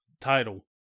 title